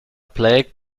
plagued